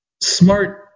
smart